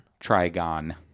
Trigon